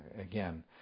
Again